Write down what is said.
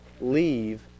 leave